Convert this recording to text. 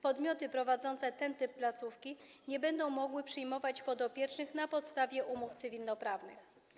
Podmioty prowadzące ten typ placówki nie będą mogły przyjmować podopiecznych na podstawie umów cywilnoprawnych.